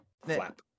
flap